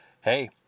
hey